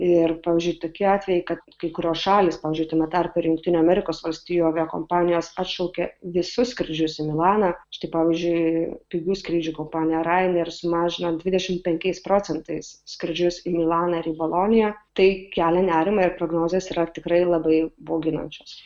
ir pavyzdžiui tokie atvejai kad kai kurios šalys pavyzdžiui tame tarpe ir jungtinių amerikos valstijų aviakompanijos atšaukė visus skrydžius į milaną štai pavyzdžiui pigių skrydžių kompanija ryanair sumažino dvidešim penkiais procentais skrydžius į milaną ir į boloniją tai kelia nerimą ir prognozės yra tikrai labai bauginančios